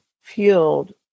fueled